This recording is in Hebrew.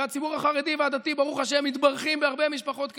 והציבורים החרדי והדתי ברוך השם מתברכים בהרבה משפחות כאלה,